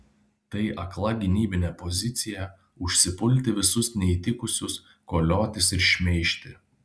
tai akla gynybinė pozicija užsipulti visus neįtikusius koliotis ir šmeižti